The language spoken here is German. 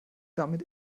damit